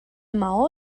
maó